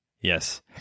Yes